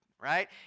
right